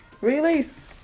Release